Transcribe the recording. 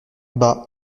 bas